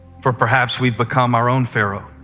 for perhaps we've become our own pharaoh,